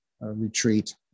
retreat